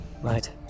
Right